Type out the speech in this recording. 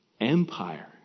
Empire